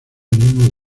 mismo